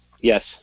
Yes